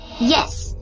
Yes